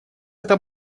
это